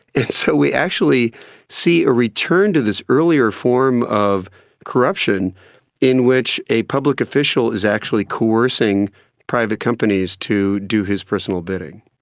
and so we actually see a return to this earlier form of corruption in which a public official is actually coercing private companies to do his personal bidding.